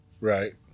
Right